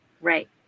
right